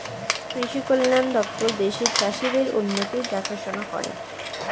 কৃষি কল্যাণ দপ্তর দেশের চাষীদের উন্নতির দেখাশোনা করে